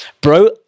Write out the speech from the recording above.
Bro